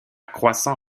croissant